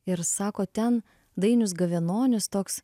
ir sako ten dainius gavenonis toks